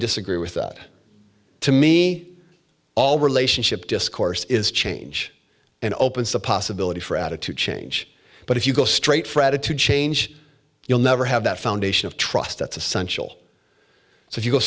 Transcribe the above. disagree with that to me all relationship discourse is change and opens the possibility for attitude change but if you go straight fretted to change you'll never have that foundation of trust that's essential so if you go